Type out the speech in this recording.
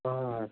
अँ अच्छा